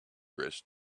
dress